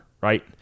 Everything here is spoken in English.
right